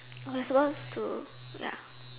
we're supposed to ya